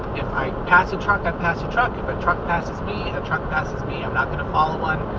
if i pass a truck i pass a truck, if a truck passes me, a truck passes me. i'm not gonna follow one.